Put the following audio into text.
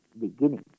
beginning